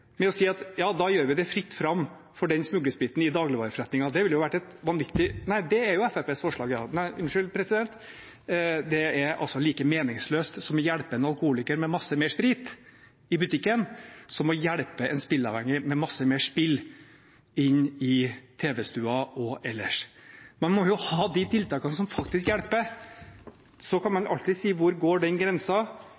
å si at ja, da gjør vi det fritt fram for den smuglerspriten i dagligvareforretningene, det ville vært vanvittig. Nei, det er jo Fremskrittspartiets forslag, ja – unnskyld president! Det er like meningsløst å hjelpe en alkoholiker med mye mer sprit i butikken som det er å hjelpe en spilleavhengig med mye mer spill inn i tv-stua og ellers. Man må jo ha de tiltakene som faktisk hjelper. Så kan man